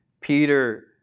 Peter